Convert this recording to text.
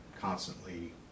constantly